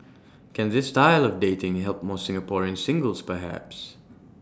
can this style of dating help more Singaporean singles perhaps